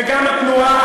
וגם התנועה,